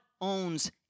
owns